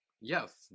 Yes